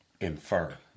infer